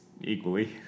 equally